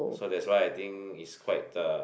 so that's why I think is quite the